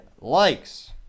likes